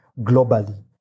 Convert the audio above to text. globally